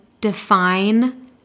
define